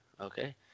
okay